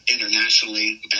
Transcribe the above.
internationally